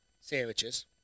sandwiches